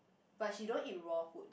but she don't eat raw food